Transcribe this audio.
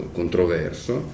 controverso